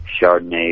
Chardonnay